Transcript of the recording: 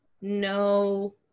no